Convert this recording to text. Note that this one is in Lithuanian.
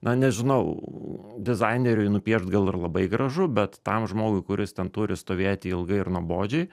na nežinau dizaineriui nupiešt gal ir labai gražu bet tam žmogui kuris ten turi stovėti ilgai ir nuobodžiai